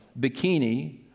bikini